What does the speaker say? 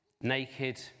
naked